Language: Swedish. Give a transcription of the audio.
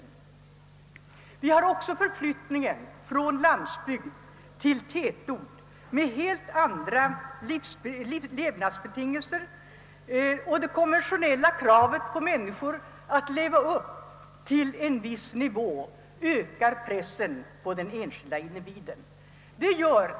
Bidrar gör också förflyttningar från landsbygd till tätort med helt andra levnadsbetingelser. De konventionella kraven på människor att leva upp till en viss nivå ökar pressen på den enskilde individen ytterligare.